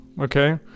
Okay